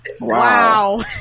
wow